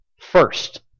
First